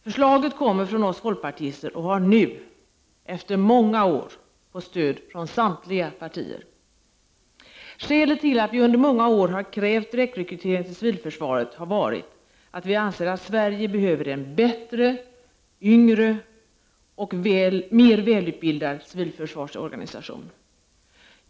Förslaget kommer från oss folkpartister och har nu, efter många år, fått stöd från samtliga partier. Skälet till att vi under många år har krävt direktrekrytering till civilförsvaret har varit att vi anser att Sverige behöver en bättre, yngre och mer välutbildad civilförsvarsorganisation.